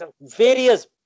various